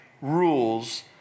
rules